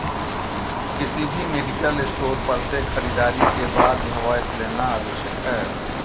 किसी भी medical store पर से खरीदारी के बाद इनवॉइस लेना आवश्यक है